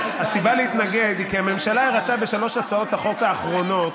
הסיבה להתנגד היא כי הממשלה הראתה בשלוש הצעות החוק האחרונות